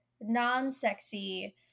non-sexy